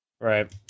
right